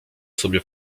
sobie